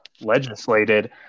legislated